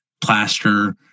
plaster